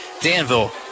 Danville